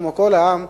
כמו כל העם,